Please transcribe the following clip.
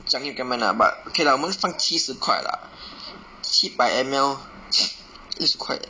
Changi recommend ah but okay lah 我们放七十块 lah 七百 M_L 六十块 eh